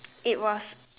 it was